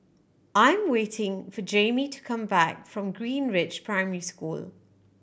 I'm waiting for Jaime to come back from Greenridge Primary School